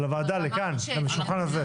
לכאן, לשולחן הזה.